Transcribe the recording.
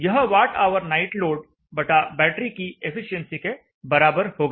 यह watt hour night load बटा battery की एफिशिएंसी के बराबर होगा